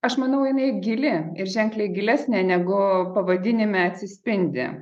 aš manau jinai gili ir ženkliai gilesnė negu pavadinime atsispindi